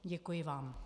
Děkuji vám.